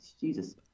Jesus